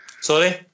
Sorry